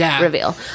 reveal